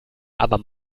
aber